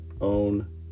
own